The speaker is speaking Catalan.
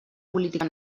política